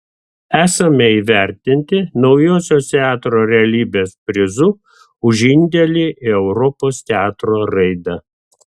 esame įvertinti naujosios teatro realybės prizu už indėlį į europos teatro raidą